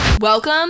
welcome